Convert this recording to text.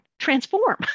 Transform